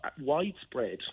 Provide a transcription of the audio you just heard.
widespread